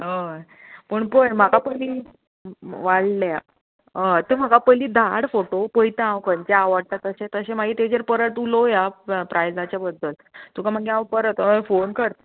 हय पूण पळय म्हाका पयनीं वाडल्या हय तूं म्हाका पयली धाड फोटो पयता हांव खंयचे आवडता तशें तशें मागीर तेजेर परत उलोवया प्रायजाच्या बद्दल तुका मागीर परत हय फोन करता